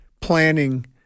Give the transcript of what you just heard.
planning